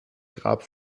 grab